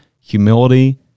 humility